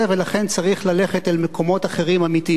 ולכן צריך ללכת למקומות אחרים, אמיתיים.